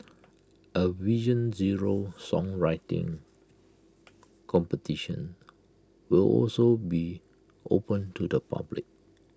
A vision zero songwriting competition will also be open to the public